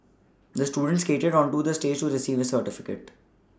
the student skated onto the stage to receive the certificate